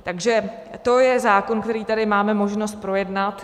Takže to je zákon, který tady máme možnost projednat.